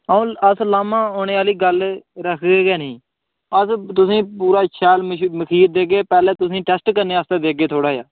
अ'ऊं अस लाह्मां औने आह्ली गल्ल रखगे गै नेईं अस तुसें ई पूरा शैल मखीर देगे पैह्ले तुसें ई टेस्ट करने आस्तै देगे थोह्ड़ा जेहा